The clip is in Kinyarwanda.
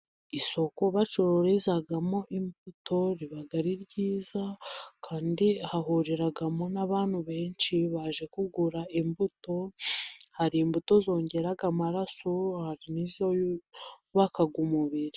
Isoko bacururizamo imbuto riba ari ryiza, kandi hahuriramo n'abantu benshi baje kugura imbuto, hari imbuto zongera amaraso hari n'izubaka umubiri.